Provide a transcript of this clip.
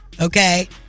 Okay